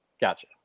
Gotcha